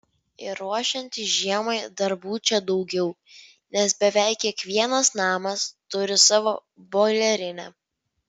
ir ruošiantis žiemai darbų čia daugiau nes beveik kiekvienas namas turi savo boilerinę